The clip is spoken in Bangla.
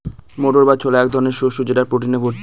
মটর বা ছোলা এক ধরনের শস্য যেটা প্রোটিনে ভর্তি